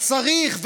וצריך,